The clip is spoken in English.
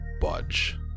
budge